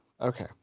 Okay